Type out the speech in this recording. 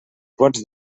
pots